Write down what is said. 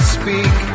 speak